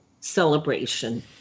celebration